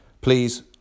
Please